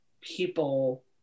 people